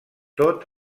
tot